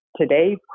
today